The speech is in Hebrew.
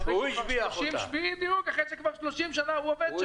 אחרי שכבר 30 שנה הוא עובד שם.